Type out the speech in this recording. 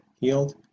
healed